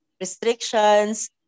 restrictions